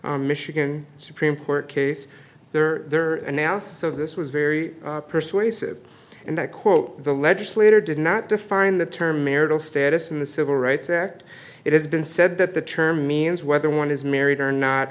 court michigan supreme court case there there and now so this was very persuasive and i quote the legislator did not define the term marital status in the civil rights act it has been said that the term means whether one is married or not